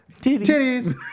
Titties